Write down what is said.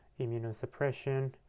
immunosuppression